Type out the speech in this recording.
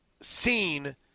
seen